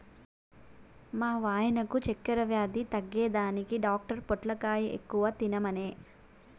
మా వాయినకు చక్కెర వ్యాధి తగ్గేదానికి డాక్టర్ పొట్లకాయ ఎక్కువ తినమనె